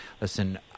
listen